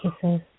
kisses